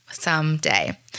someday